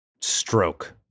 stroke